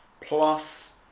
plus